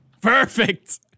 Perfect